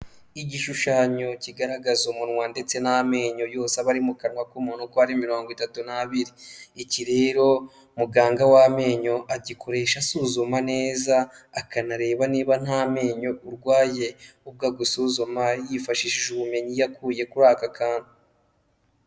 Igishushanyo kigaragaza umunwa ndetse n'amenyo yose aba ari mu kanwa k'umuntu uko ari mirongo itatu n'abiri. Iki rero muganga w'amenyo agikoresha asuzuma neza akanareba niba nta menyo urwaye. Ubwo agusuzuma yifashishije ubumenyi yakuye kuri aka kantu.